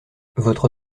votre